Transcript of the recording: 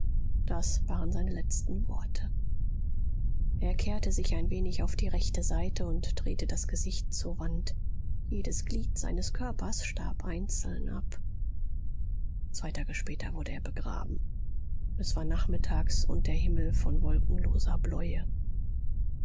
das waren seine letzten worte er kehrte sich ein wenig auf die rechte seite und drehte das gesicht zur wand jedes glied seines körpers starb einzeln ab zwei tage später wurde er begraben es war nachmittags und der himmel von wolkenloser bläue